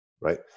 right